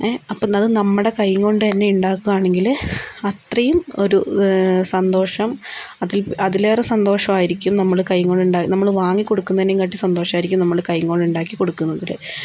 അപ്പം എന്നത് നമ്മുടെ കൈ കൊണ്ട് തന്നെ ഉണ്ടാക്കുവാണെങ്കില് അത്രയും ഒരു സന്തോഷം അത് അതിലേറെ സന്തോഷായിരിക്കും നമ്മുടെ കയ്യും കൊണ്ട് ഉണ്ടാക്കുക നമ്മള് വാങ്ങി കൊടുക്കുന്നതിനേയും കാട്ടിൽ സന്തോഷമായിരിക്കും നമ്മള് കയ്യും കൊണ്ടുണ്ടാക്കി കൊടുക്കുന്നതില്